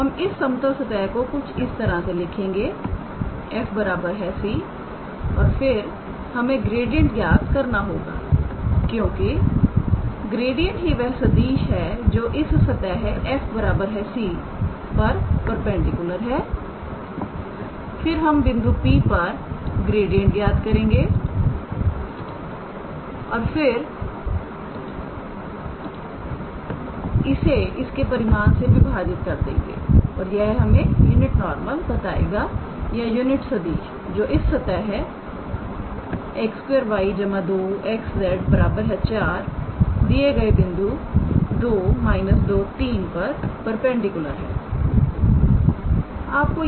तो हम इस समतल सतह को कुछ इस तरह से लिखेंगे 𝑓𝑥 𝑦 𝑧 𝑐 और फिर हमें ग्रेडिएंट ज्ञात करना होगा क्योंकि ग्रेडियंट ही वह सदिश है जो इस सतह पर 𝑓𝑥 𝑦 𝑧 𝑐 पर परपेंडिकुलर है और फिर हम बिंदु P पर ग्रेडिएंट ज्ञात करेंगे और फिर इसे इसके परिमाण से विभाजित कर देंगे और यह हमें यूनिट नॉर्मल बताएगा या यूनिट सदिश जो इस सतह पर 𝑥 2𝑦 2𝑥𝑧 4 दिए गए बिंदु 2 −23 पर परपेंडिकुलर है